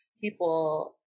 People